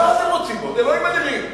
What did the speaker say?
אז מה אתם רוצים, אלוהים אדירים?